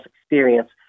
Experience